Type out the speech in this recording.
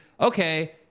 okay